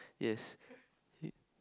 yes